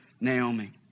Naomi